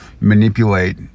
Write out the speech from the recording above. manipulate